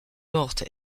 morte